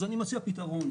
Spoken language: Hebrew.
אז אני מציע פיתרון.